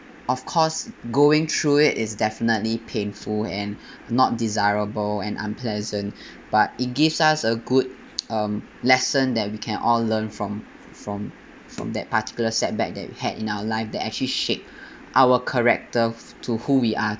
of course going through it is definitely painful and not desirable and unpleasant but it gives us a good um lesson that we can all learn from from from that particular setback that we had in our life that actually shape our character to who we are